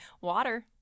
Water